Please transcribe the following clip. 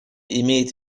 имеет